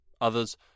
Others